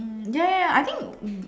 um ya I think